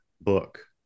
book